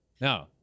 No